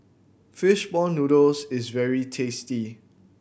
fish ball noodles is very tasty